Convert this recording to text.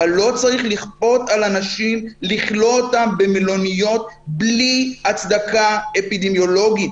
אבל לא צריך לכלוא אנשים במלוניות בלי הצדקה אפידמיולוגית.